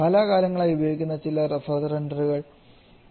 കാലാകാലങ്ങളായി ഉപയോഗിക്കുന്ന ചില റെഫ്രിജറന്റ്കൾ ഉണ്ട്